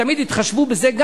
תמיד התחשבו גם בזה.